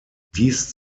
dies